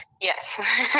yes